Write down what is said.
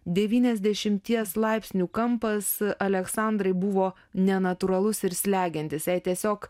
devyniasdešimties laipsnių kampas aleksandrai buvo nenatūralus ir slegiantis jai tiesiog